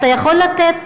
אתה יכול לתת אינפורמציה?